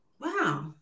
wow